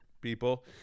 people